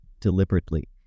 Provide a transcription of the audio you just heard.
deliberately